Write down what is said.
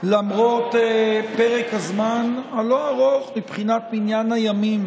למרות פרק הזמן הלא-ארוך מבחינת מניין הימים